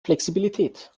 flexibilität